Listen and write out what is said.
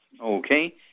Okay